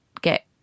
get